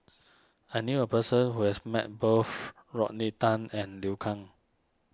I knew a person who has met both Rodney Tan and Liu Kang